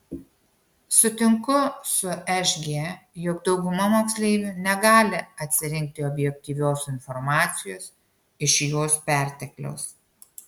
sutinku su šg jog dauguma moksleivių negali atsirinkti objektyvios informacijos iš jos pertekliaus